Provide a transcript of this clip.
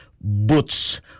boots